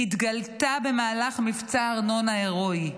התגלתה במהלך מבצע ארנון ההירואי.